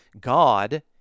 God